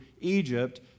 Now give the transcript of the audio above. Egypt